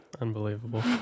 Unbelievable